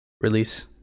release